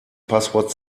passwort